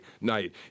night